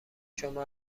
شما